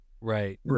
right